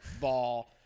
ball